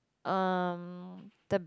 um the